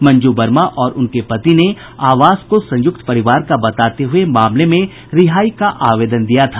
मंजू वर्मा और उनके पति ने आवास को संयुक्त परिवार का बताते हुए मामले में रिहाई का आवेदन दिया था